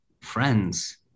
friends